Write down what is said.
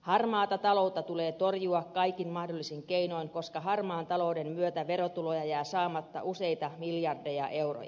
harmaata taloutta tulee torjua kaikin mahdollisin keinoin koska harmaan talouden myötä verotuloja jää saamatta useita miljardeja euroja